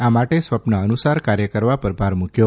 આ માટે સ્વપ્ન અનુસાર કાર્ય કરવા પર ભાર મૂક્યો